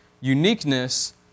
uniqueness